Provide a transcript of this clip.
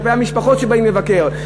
וכלפי המשפחות שבאות לבקר,